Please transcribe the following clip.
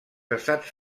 estats